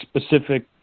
specific